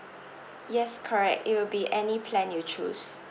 yes correct it will be any plan you choose